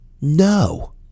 No